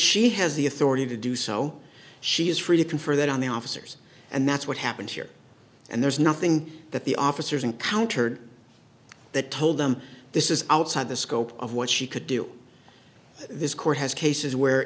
she has the authority to do so she is free to confer that on the officers and that's what happened here and there's nothing that the officers encountered that told them this is outside the scope of what she could do this court has